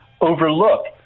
overlook